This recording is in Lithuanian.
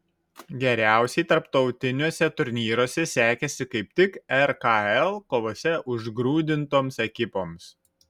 geriausiai tarptautiniuose turnyruose sekėsi kaip tik rkl kovose užgrūdintoms ekipoms